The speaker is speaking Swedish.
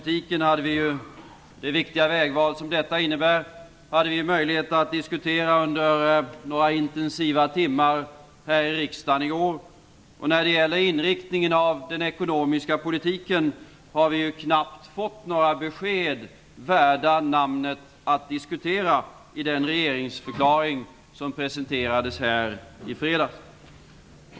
Vi hade i går under några intensiva timmar här i riksdagen möjlighet att diskutera det viktiga vägval som Europapolitiken innebär, och när det gäller inriktningen av den ekonomiska politiken har vi knappt fått några besked värda namnet i den regeringsförklaring som presenterades här i fredags.